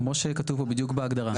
כמו שכתוב פה בדיוק בהגדרה.